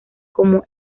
como